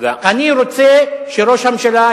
אני רוצה שראש הממשלה,